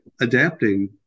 adapting